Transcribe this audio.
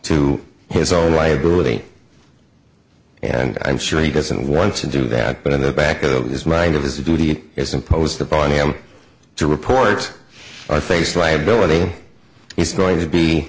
to his own liability and i'm sure he doesn't want to do that but in the back of his mind of his duty is imposed upon him to report or face liability he's going to be